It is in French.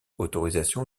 autorisation